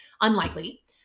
unlikely